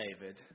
David